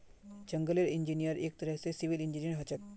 जंगलेर इंजीनियर एक तरह स सिविल इंजीनियर हछेक